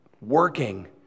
working